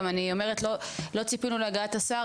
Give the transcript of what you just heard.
גם אני אומרת שלא ציפינו להגעת השר,